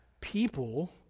people